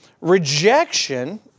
rejection